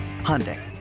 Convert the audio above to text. Hyundai